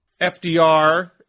FDR